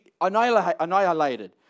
annihilated